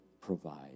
provide